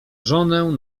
żonę